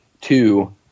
Two